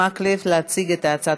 תוסיפי אותי.